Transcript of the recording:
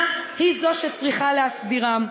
המדינה היא שצריכה להסדירם.